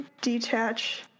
detach